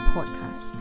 Podcast